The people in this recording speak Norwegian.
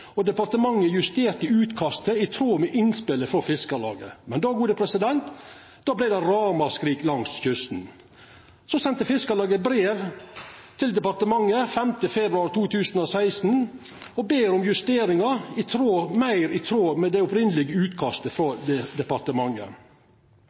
og departementet justerte utkastet i tråd med innspelet frå Fiskarlaget. Men då vart det ramaskrik langs kysten. Så sende Fiskarlaget brev datert 5. februar 2016 til departementet og bad om justeringar som er meir i tråd med det opphavlege utkastet frå